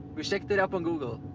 we checked it up on google.